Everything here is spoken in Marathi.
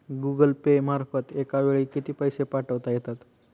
गूगल पे मार्फत एका वेळी किती पैसे पाठवता येतात?